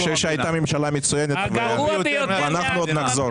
אני חושב שהייתה ממשלה מצוינת, ואנחנו עוד נחזור.